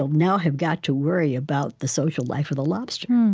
um now have got to worry about the social life of the lobster.